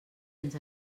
ens